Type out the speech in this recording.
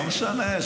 לא משנה.